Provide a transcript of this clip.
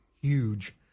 huge